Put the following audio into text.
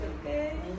okay